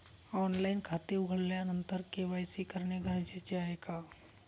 Online खाते उघडल्यानंतर KYC करणे गरजेचे आहे का?